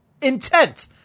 intent